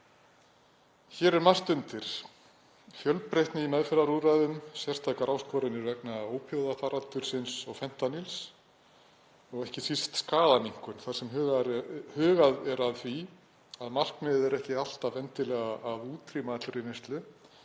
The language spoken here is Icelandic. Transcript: Hér er margt undir, fjölbreytni í meðferðarúrræðum, sérstakar áskoranir vegna ópíóíðafaraldursins og fentanýls og ekki síst skaðaminnkun þar sem hugað er að því að markmiðið er ekki alltaf endilega að útrýma allri neyslu